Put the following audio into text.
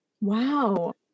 Wow